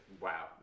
Wow